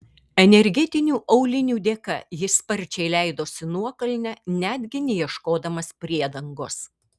energetinių aulinių dėka jis sparčiai leidosi nuokalne netgi neieškodamas priedangos